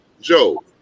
Joe